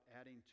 adding